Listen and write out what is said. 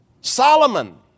Solomon